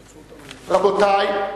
רבותי,